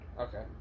Okay